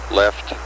left